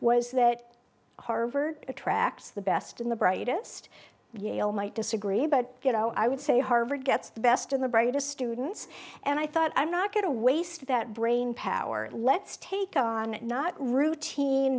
was that harvard attracts the best in the brightest yale might disagree but you know i would say harvard gets the best and the brightest students and i thought i'm not going to waste that brainpower let's take on not routine